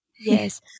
yes